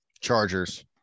Chargers